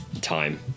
time